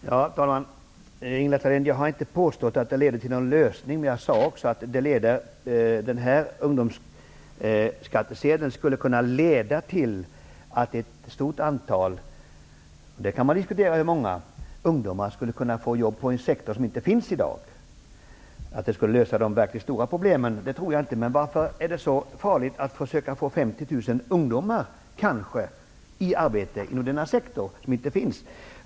Herr talman! Ingela Thalén, jag har inte påstått att införande av ungdomsskattsedel leder till någon lösning, men jag sade att det skulle kunna leda till att ett stort antal ungdomar -- man kan diskutera hur många -- skulle kunna få jobb inom en sektor som inte finns i dag. Att det skulle leda till en lösning av de verkligt stora problemen tror jag inte, men varför är det så farligt att försöka få kanske 50 000 ungdomar i arbete inom en sektor som nu inte finns?